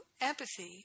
empathy